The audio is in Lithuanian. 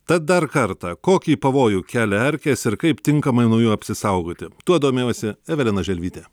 tad dar kartą kokį pavojų kelia erkės ir kaip tinkamai nuo jų apsisaugoti tuo domėjosi evelina želvytė